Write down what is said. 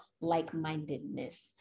like-mindedness